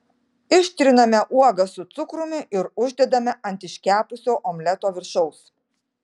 ištriname uogas su cukrumi ir uždedame ant iškepusio omleto viršaus